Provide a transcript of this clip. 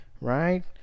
right